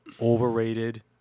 Overrated